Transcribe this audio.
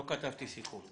לא כתבתי סיכום.